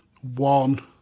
One